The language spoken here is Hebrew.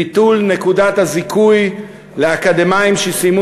ביטול נקודת הזיכוי לאקדמאים שסיימו